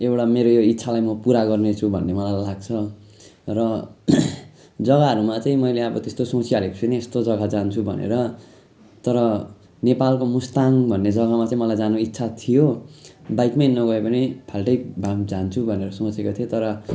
एउटा मेरो यो इच्छालाई म पुरा गर्ने छु भन्ने मलाई लाग्छ र जगाहरूमा चाहिँ मैले अब त्यस्तो सोचिहालेको छुइनँ यस्तो जगा जान्छु भनेर तर नेपालको मुस्ताङ भन्ने जगामा चाहिँ मलाई जानु इच्छा थियो बाइकमै नगए पनि फाल्तु भए जान्छु भनेर सोचेको थिएँ तर